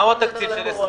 מה התקציב ל-2020?